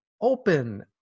open